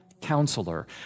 counselor